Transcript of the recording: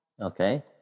Okay